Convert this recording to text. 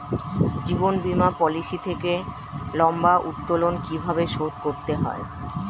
জীবন বীমা পলিসি থেকে লম্বা উত্তোলন কিভাবে শোধ করতে হয়?